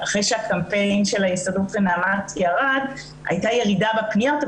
אחרי שהקמפיין של ההסתדרות ונעמ"ת ירד הייתה ירידה בפניות,